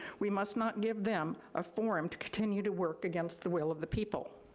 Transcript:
we must not give them a forum to continue to work against the will of the people.